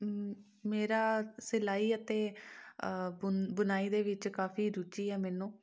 ਮੇਰਾ ਸਿਲਾਈ ਅਤੇ ਬੁਣ ਬੁਣਾਈ ਦੇ ਵਿੱਚ ਕਾਫ਼ੀ ਰੁਚੀ ਹੈ ਮੈਨੂੰ